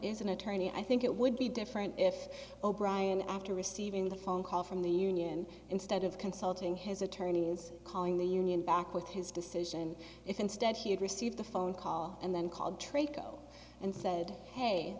is an attorney i think it would be different if o'brien after receiving the phone call from the union instead of consulting his attorneys calling the union back with his decision if instead he had received the phone call and then called trey co and said hey